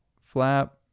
flap